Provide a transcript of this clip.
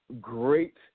great